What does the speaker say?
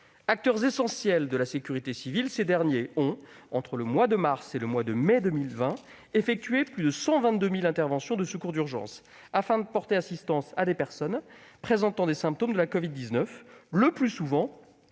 Acteurs essentiels de la sécurité civile, ces derniers ont, entre le mois de mars et le mois de mai 2020, effectué plus de 122 000 interventions de secours d'urgence afin de porter assistance à des personnes présentant des symptômes de la covid-19, le plus souvent